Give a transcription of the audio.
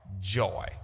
joy